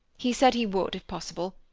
he said he would if possible.